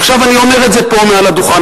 עכשיו אני אומר את זה פה מעל הדוכן,